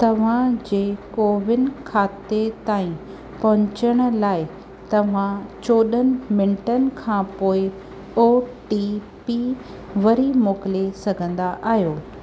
तव्हां जे कोविन खाते ताईं पहुचण लाइ तव्हां चोॾहनि मिंटनि खां पोइ ओ टी पी वरी मोकिले सघंदा आहियो